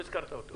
לא הזכרת אותו.